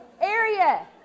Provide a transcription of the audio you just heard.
area